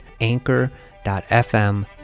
anchor.fm